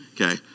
Okay